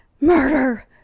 MURDER